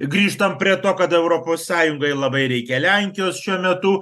grįžtam prie to kad europos sąjungai labai reikia lenkijos šiuo metu